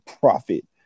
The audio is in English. profit